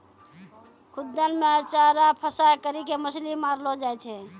खुद्दन मे चारा फसांय करी के मछली मारलो जाय छै